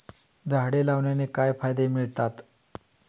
झाडे लावण्याने काय फायदे मिळतात?